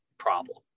problem